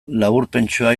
laburpentxoa